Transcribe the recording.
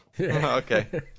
Okay